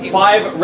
five